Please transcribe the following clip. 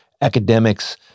academics